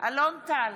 אלון טל,